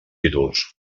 títols